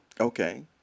Okay